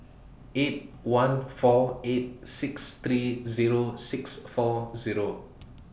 eight one four eight six three Zero six four Zero